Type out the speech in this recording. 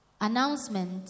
Announcement